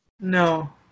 No